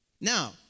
Now